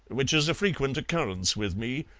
which is a frequent occurrence with me,